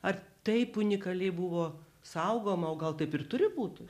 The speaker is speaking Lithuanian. ar taip unikaliai buvo saugoma o gal taip ir turi būt